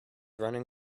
running